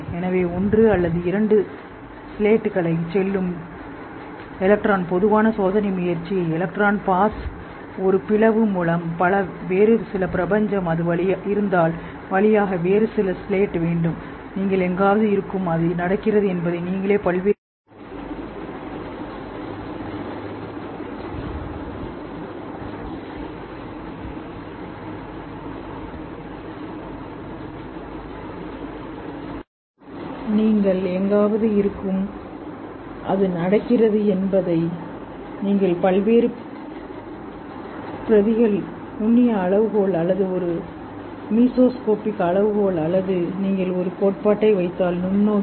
எனவே ஒன்று அல்லது இரண்டு ஸ்லேட்களை செல்லும் எலக்ட்ரான் பொதுவான சோதனைமுயற்சியே எலக்ட்ரான் பாஸ் ஒரு பிளவு மூலம் பல வேறு சில பிரபஞ்சம் அது இருந்தால் வழியாக வேறு சில ஸ்லேட்வேண்டும் நீங்கள்எங்காவது இருக்கும் அது நடக்கிறது என்பதை நீங்களே பல்வேறு பிரதிகள் நுண்ணிய அளவுகோல் அல்லது ஒரு அல்லது மீசோஸ்கோபிக் அளவுகோல் அல்லது நீங்கள் ஒரு கோட்பாட்டை வைத்தால் நுண்ணோக்கி